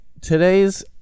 today's